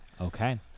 Okay